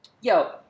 Yo